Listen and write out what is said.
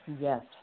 Yes